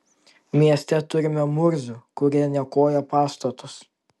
mieste turime murzių kurie niokoja pastatus